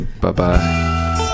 Bye-bye